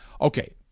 Okay